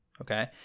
okay